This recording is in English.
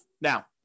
Now